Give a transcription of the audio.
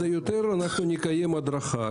זה יותר, אנחנו נקיים הדרכה.